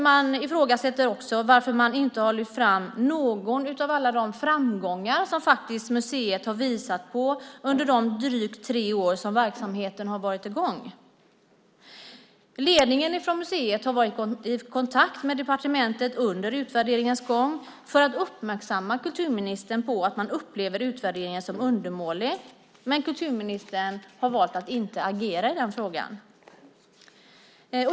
Man ifrågasätter även att rapporten inte har lyft fram någon av alla de framgångar som museet har visat under de drygt tre år som verksamheten har varit i gång. Ledningen för museet har varit i kontakt med departementet under utvärderingens gång för att uppmärksamma kulturministern på att man upplever utvärderingen som undermålig. Men kulturministern har valt att inte agera i frågan.